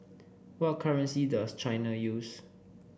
what currency does China use